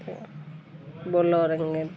బొల్లవరంగల్